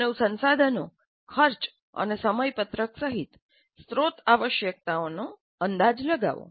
માનવ સંસાધનો ખર્ચ અને સમયપત્રક સહિત સ્રોત આવશ્યકતાઓનો અંદાજ લગાવો